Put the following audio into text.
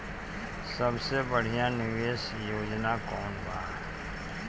सबसे बढ़िया निवेश योजना कौन बा?